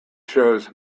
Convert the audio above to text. shows